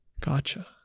Gotcha